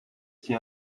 s’y